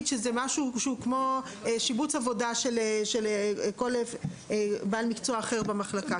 שזה משהו שהוא כמו שיבוץ עבודה של כל בעל מקצוע אחר במחלקה.